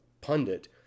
pundit